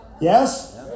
Yes